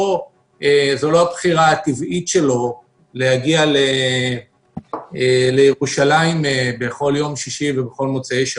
שזו לא הבחירה הטבעית שלו להגיע לירושלים בכל יום שישי ובכל מוצאי שבת.